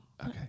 Okay